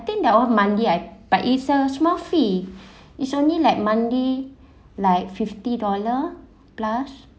I think that one monthly I but it's a small fee is only like monthly like fifty dollar plus